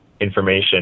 information